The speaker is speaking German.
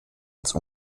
ins